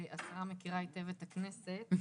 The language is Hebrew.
השרה מכירה היטב את הכנסת.